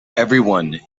everyone